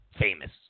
Famous